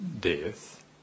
death